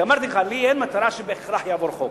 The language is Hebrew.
כי אמרתי לך, לי אין מטרה בהכרח שיעבור חוק.